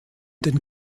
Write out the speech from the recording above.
den